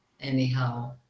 anyhow